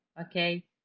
Okay